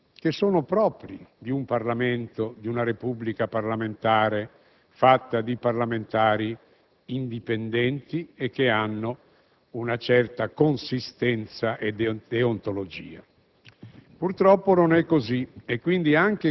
ed esprime dei giudizi che sono propri di un Parlamento, di una Repubblica parlamentare fatta di parlamentari indipendenti e che hanno una certa consistenza e deontologia.